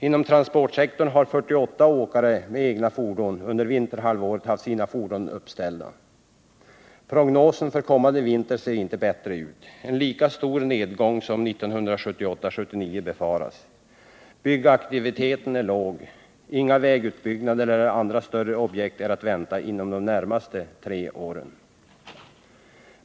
Inom transportsektorn har 48 åkare med egna fordon under vinterhalvåret haft sina fordon uppställda. Prognoserna för kommande vinter ser inte bättre ut. En lika stor nedgång som 1978-1979 befaras. Byggaktiviteten är låg, inga vägutbyggnader eller andra större objekt äratt vänta inom de närmaste tre åren.